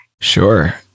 Sure